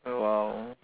!wow!